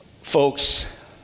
Folks